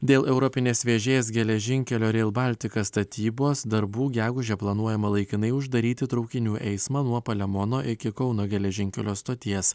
dėl europinės vėžės geležinkelio reil baltika statybos darbų gegužę planuojama laikinai uždaryti traukinių eismą nuo palemono iki kauno geležinkelio stoties